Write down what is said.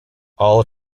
all